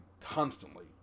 constantly